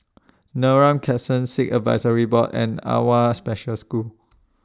Neram Crescent Sikh Advisory Board and AWWA Special School